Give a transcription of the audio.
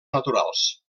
naturals